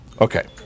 Okay